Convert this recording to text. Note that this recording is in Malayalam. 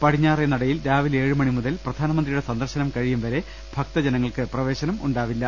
പടിഞ്ഞാറേ നടയിൽ രാവിലെ ഏഴ് മണി മുതൽ പ്രധാനമന്ത്രിയുടെ സന്ദർശനം കഴിയും വരെ ഭക്തജനങ്ങൾക്ക് പ്രവേശനം ഉണ്ടാവില്ല